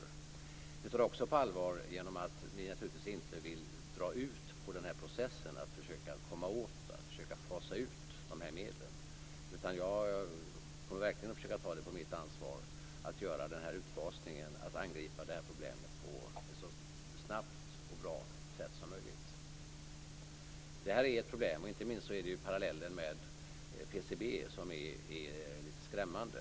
Vi tar det också på allvar genom att vi inte vill dra ut på processen att försöka komma åt och fasa ut dem, utan jag kommer verkligen att försöka ta det på mitt ansvar att göra denna utfasning och angripa problemet på ett så snabbt och bra sätt som möjligt. Det här är ett problem, och inte minst finns här parallellen med PCV som är lite skrämmande.